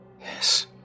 Yes